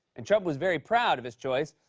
and trump was very proud of his choice,